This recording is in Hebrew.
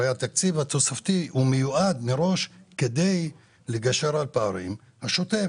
הרי התקציב התוספתי מיועד מראש כדי לגשר על פערים והשוטף